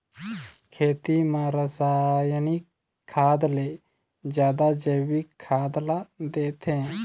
खेती म रसायनिक खाद ले जादा जैविक खाद ला देथे